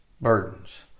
burdens